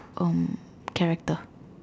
um character